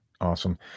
Awesome